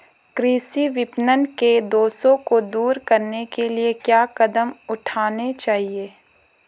कृषि विपणन के दोषों को दूर करने के लिए क्या कदम उठाने चाहिए?